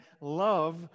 love